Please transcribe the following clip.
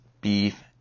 beef